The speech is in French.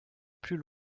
plus